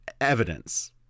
evidence